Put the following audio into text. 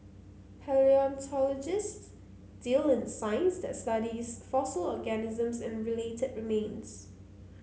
palaeontologists deal in science that studies fossil organisms and related remains